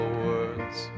words